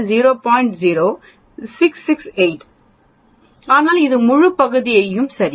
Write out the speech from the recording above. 0668 ஆனால் இந்த முழு பகுதியும் சரி